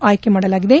ಆಯ್ಲಿ ಮಾಡಲಾಗಿದೆ